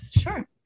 Sure